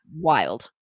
wild